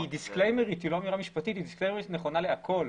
היא לא אמירה משפטית, היא דיסקליימרית נכונה לכל.